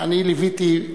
אני ליוויתי,